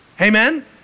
Amen